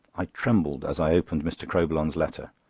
i trembled as i opened mr. crowbillon's letter.